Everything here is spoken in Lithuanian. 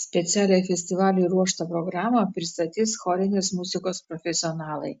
specialiai festivaliui ruoštą programą pristatys chorinės muzikos profesionalai